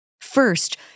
First